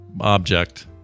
object